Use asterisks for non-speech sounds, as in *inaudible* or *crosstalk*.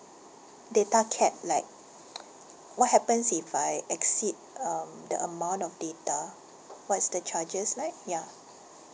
data cap like *noise* what happens if I exceed um the amount of data what's the charges like ya